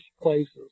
places